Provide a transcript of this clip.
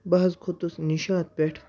بہٕ حظ کھوٚتُس نِشاط پٮ۪ٹھ